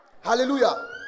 Hallelujah